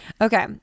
okay